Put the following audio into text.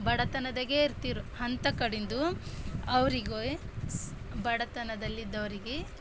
ಬಡತನದಾಗೆ ಇರ್ತಿದ್ರು ಹಂತ ಕಡಿಂದು ಅವರಿಗೆ ಸ್ ಬಡತನದಲ್ಲಿದ್ದವ್ರಿಗೆ